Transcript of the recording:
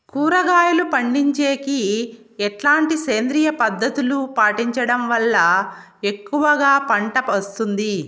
కూరగాయలు పండించేకి ఎట్లాంటి సేంద్రియ పద్ధతులు పాటించడం వల్ల ఎక్కువగా పంట వస్తుంది?